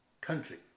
country